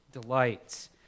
delights